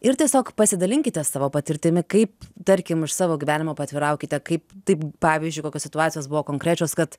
ir tiesiog pasidalinkite savo patirtimi kaip tarkim iš savo gyvenimo paatviraukite kaip taip pavyzdžiui kokios situacijos buvo konkrečios kad